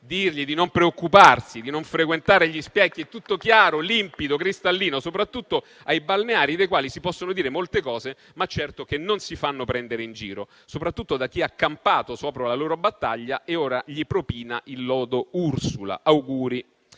dirgli di non preoccuparsi, di non frequentare gli specchi. È tutto chiaro, limpido e cristallino, soprattutto ai balneari, di cui si possono dire molte cose, ma certo che non si fanno prendere in giro soprattutto da chi ha campato sopra la loro battaglia e ora propina loro il lodo Ursula. Auguri,